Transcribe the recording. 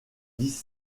dix